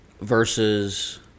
versus